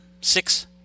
Six